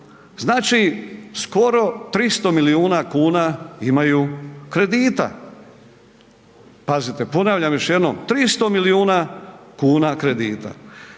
znači skoro 300 milijuna imaju kredita. Pazite, ponavljam još jednom 300 milijuna kuna kredita.